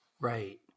Right